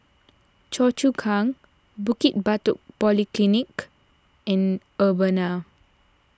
Choa Chu Kang Bukit Batok Polyclinic and Urbana